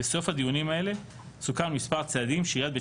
בסוף הדיונים האלה סוכם על מספר צעדים שעיריית בית